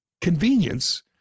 convenience